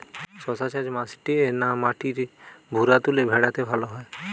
শশা চাষ মাটিতে না মাটির ভুরাতুলে ভেরাতে ভালো হয়?